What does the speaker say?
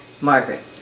margaret